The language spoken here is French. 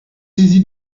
saisi